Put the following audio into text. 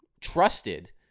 trusted